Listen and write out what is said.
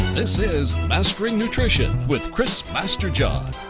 this is mastering nutrition with chris masterjohn,